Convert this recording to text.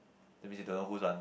that means you don't know whose one